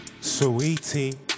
sweetie